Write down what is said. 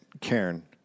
Karen